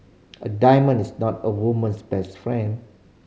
a diamonds is not a woman's best friend